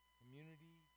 community